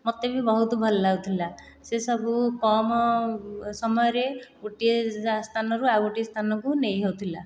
ମୋତେ ବି ବହୁତ ଭଲ ଲାଗୁଥିଲା ସେ ସବୁ କମ୍ ସମୟରେ ଗୋଟିଏ ସ୍ଥାନରୁ ଆଉ ଗୋଟିଏ ସ୍ଥାନକୁ ନେଇ ହେଉଥିଲା